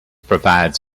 provide